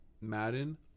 Madden